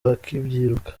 bakibyiruka